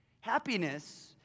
Happiness